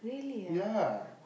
ya